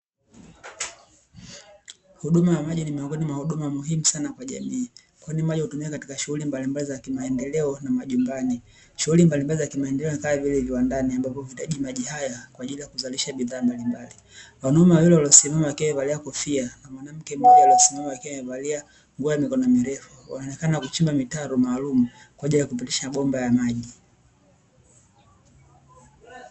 Huduma ya maji ni miongoni mwa huduma muhimu sana kwa jamii, kwani maji hutumika katika shunghuli za kimaendeleo na majumbani. Shunghuli mbalimbali za kimaendeleo ni kama vile viwandani ambapo huhitaji maji haya kwa ajili ya kuzalisha bidhaa mbalimbali. Wanaume wawili waliosimama wakiwa wamevalia kofia na mwanamke mmoja aliyesimama akiwa amevalia nguo ya mikono mirefu wanaonekana kuchimba mitaro maalumu kwa ajili ya kupitisha bomba ya maji .